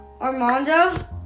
Armando